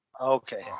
Okay